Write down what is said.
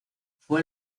fue